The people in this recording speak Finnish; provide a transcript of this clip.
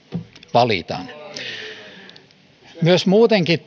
valitan muutenkin